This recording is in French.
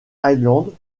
highlands